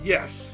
Yes